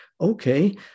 Okay